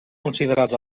considerats